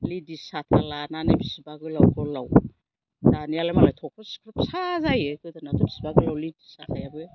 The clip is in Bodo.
लिडिस साथा लानानै बिसिबा गोलाव गोलाव दानियालाय थख्रब सिख्रब फिसा जायो गोदोनाथ' बिसिबा गोलाव लिडिस साथायाबो